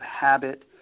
habit